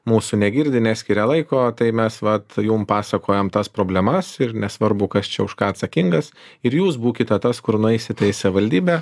mūsų negirdi neskiria laiko tai mes vat jum pasakojam tas problemas ir nesvarbu kas čia už ką atsakingas ir jūs būkite tas kur nueisite į savivaldybę